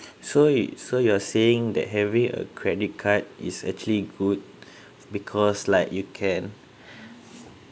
so it so you are saying that having a credit card is actually good because like you can